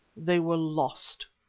they were lost,